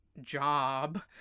job